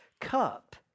cup